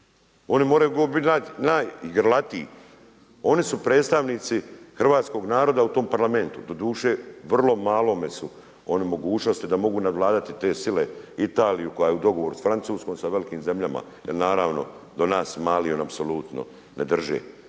Oni moraju biti najgrlatiji, oni su predstavnici hrvatskog naroda u tom parlamentu, doduše vrlo malome su oni u mogućnosti da mogu nadvladati te sile, Italiju koja je u dogovoru sa Francuskom, sa velikim zemljama, jer naravno, do nas mali apsolutno ne drže.